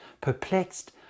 perplexed